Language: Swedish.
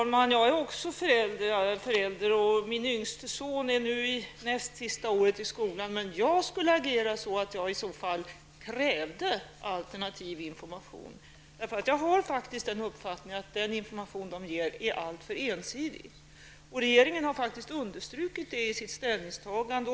Herr talman! Jag är också förälder. Min yngste son går nu näst sista året i skolan. Jag skulle agera så att jag i så fall krävde alternativ information. Jag har faktiskt den uppfattningen att den information SKB ger är alltför ensidig. Regeringen har också understrukit det i sitt ställningstagande.